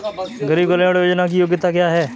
गरीब कल्याण योजना की योग्यता क्या है?